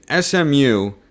SMU